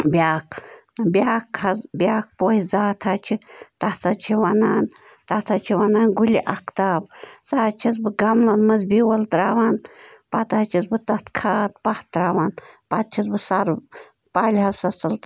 بیٛاکھ بیٛاکھ حظ بیٛاکھ پوشہٕ زاتھ حظ چھِ تَتھ حظ چھِ وانان تَتھ حظ چھِ وَنان گُلہِ اختاب سَہ حظ چھَس بہٕ گملن منٛز بیول تَراوان پتہٕ حظ چھَس بہٕ تَتھ کھاد پَہ تَراوان پَتہِ چھَس بہٕ سر پالہِ ہوسَس تل